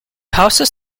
houses